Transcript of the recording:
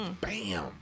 Bam